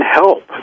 help